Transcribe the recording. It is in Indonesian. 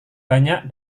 banyak